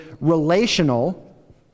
relational